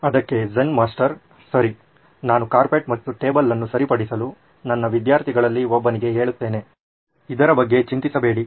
ಅದಕ್ಕೆ Zen master ಸರಿ ನಾನು ಕಾರ್ಪೆಟ್ ಮತ್ತು ಟೇಬಲ್ ಅನ್ನು ಸರಿಪಡಿಸಲು ನನ್ನ ವಿದ್ಯಾರ್ಥಿಗಳಲ್ಲಿ ಒಬ್ಬನಿಗೆ ಹೇಳುತ್ತೇನೆ ಇದರ ಬಗ್ಗೆ ಚಿಂತಿಸಬೇಡಿ